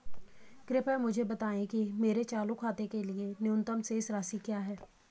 कृपया मुझे बताएं कि मेरे चालू खाते के लिए न्यूनतम शेष राशि क्या है?